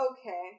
okay